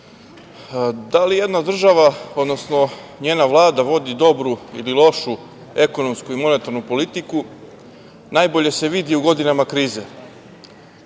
da li jedna od država, odnosno njena Vlada vodi dobru ili lošu ekonomsku i monetarnu politiku najbolje se vidi u godinama krize,